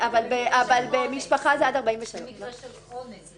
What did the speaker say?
אבל המשפחה זה עד 43. במקרה של אונס,